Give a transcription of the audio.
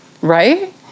right